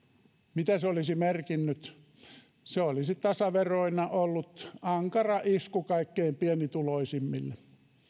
mitä se olisi merkinnyt se olisi tasaveroina ollut ankara isku kaikkein pienituloisimmille